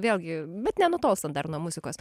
vėlgi bet nenutolstant dar nuo muzikos